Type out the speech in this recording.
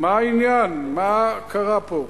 מה העניין, מה קרה פה?